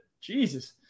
jesus